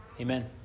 amen